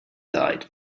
died